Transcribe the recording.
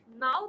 Now